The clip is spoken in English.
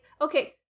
okay